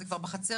זה כבר בחצר